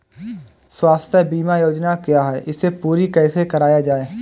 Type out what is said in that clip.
स्वास्थ्य बीमा योजना क्या है इसे पूरी कैसे कराया जाए?